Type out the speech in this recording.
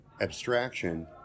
Abstraction